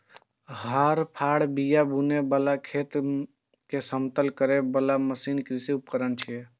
हर, फाड़, बिया बुनै बला, खेत कें समतल करै बला मशीन कृषि उपकरण छियै